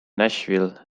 nashville